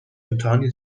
امتحانی